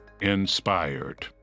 inspired